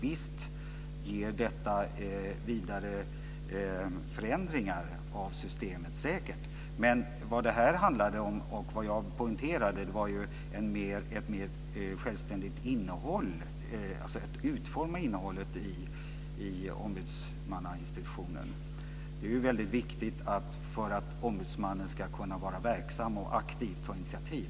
Visst medger detta vidare förändringar av systemet. Det gör det säkert. Men vad det här handlade om, och vad jag poängterade, var ett mer självständigt innehåll, alltså att utforma innehållet i ombudsmannainstitutionen. Det är ju väldigt viktigt för att ombudsmannen ska kunna vara verksam och aktivt ta initiativ.